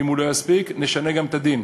אם הוא לא יספיק, נשנה גם את הדין.